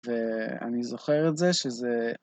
ואני זוכר את זה, שזה...